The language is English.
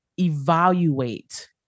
evaluate